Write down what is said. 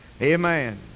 amen